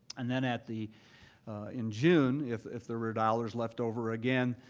and then at the in june, if if there were dollars left over again,